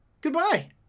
goodbye